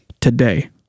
today